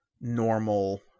normal